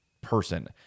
person